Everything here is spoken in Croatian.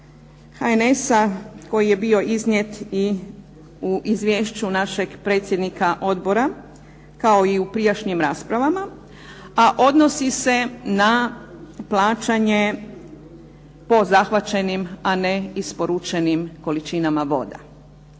HNS-a koji je bio iznijet i u Izvješću našeg predsjednika Odbora kao i u prijašnjim raspravama, a odnosi se na plaćanje po zahvaćenim a ne po isporučenim količinama voda.